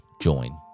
join